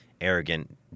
arrogant